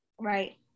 Right